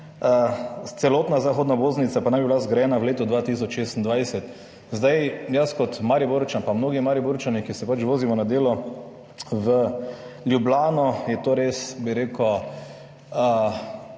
Celotna zahodna obvoznica pa naj bi bila zgrajena v letu 2026. Jaz kot Mariborčan, pa mnogi Mariborčani, ki se vozimo na delo v Ljubljano, bi rekel,